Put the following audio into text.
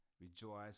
rejoice